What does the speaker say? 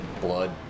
Blood